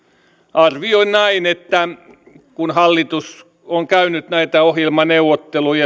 arvioin näin että kun hallitus on käynyt näitä ohjelmaneuvotteluja